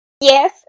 yes